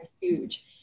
huge